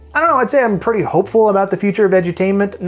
i don't know, i'd say i'm pretty hopeful about the future of edutainment. and